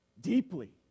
Deeply